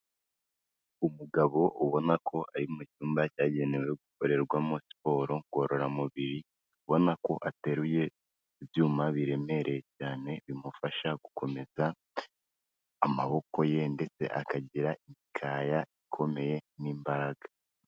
Umugabo ubona ko ari mu cyumba cyagenewe gukorerwamo siporo ngororamubiri, ubona ko ateruye ibyuma biremereye cyane bimufasha gukomeza amaboko ye ndetse akagira imikaya ikomeye n'imbaraga.